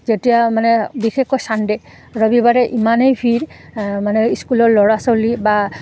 যেতিয়া মানে বিশেষকৈ চানডে' ৰবিবাৰে ইমানেই ভিৰ মানে স্কুলৰ ল'ৰা ছোৱালী বা